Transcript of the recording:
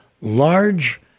large